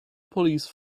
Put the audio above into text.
police